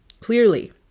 clearly